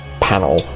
panel